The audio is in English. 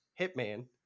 Hitman